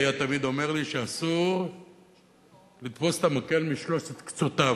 היה תמיד אומר לי שאסור לתפוס את המקל משלושת קצותיו,